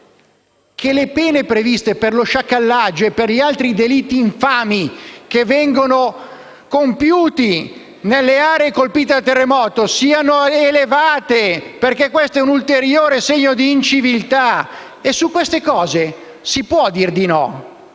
le pene previste per lo sciacallaggio e per gli altri delitti infami che vengono compiuti nelle aree colpite dal terremoto devono essere elevate. Questo è un ulteriore segno di inciviltà. E su questo si può dire di no?